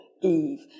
Eve